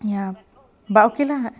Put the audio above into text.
ya but okay lah